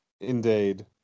Indeed